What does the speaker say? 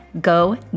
Go